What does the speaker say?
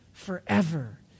forever